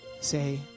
Say